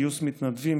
גיוס מתנדבים,